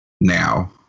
now